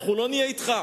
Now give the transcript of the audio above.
אנחנו לא נהיה אתך.